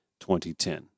2010